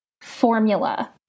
formula